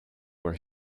were